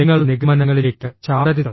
നിങ്ങൾ നിഗമനങ്ങളിലേക്ക് ചാടരുത്